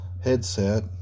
headset